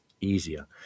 easier